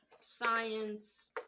science